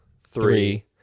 three